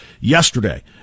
yesterday